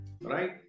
right